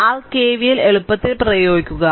r KVL എളുപ്പത്തിൽ പ്രയോഗിക്കുക